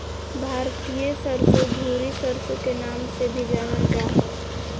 भारतीय सरसो, भूरी सरसो के नाम से भी जानल जा हय